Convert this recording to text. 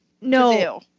no